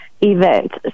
event